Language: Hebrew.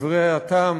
הטעם,